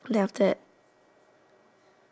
you cowboy